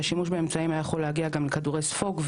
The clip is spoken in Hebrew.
והשימוש באמצעים היה יכול להגיע גם לכדורי ספוג,